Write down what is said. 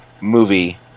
movie